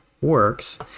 works